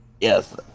yes